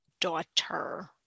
daughter